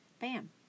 Bam